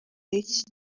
y’iki